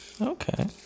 Okay